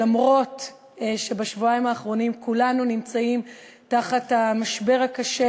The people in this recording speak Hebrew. למרות שבשבועיים האחרונים כולנו נמצאים תחת המשבר הקשה,